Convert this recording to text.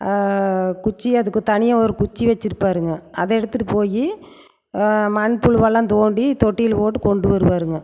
குச்சி அதுக்கு தனியாக ஒரு குச்சி வச்சுருப்பாருங்க அதை எடுத்துகிட்டு போய் மண்புழுவெல்லாம் தோண்டி தொட்டியில் போட்டு கொண்டு வருவாருங்க